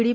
D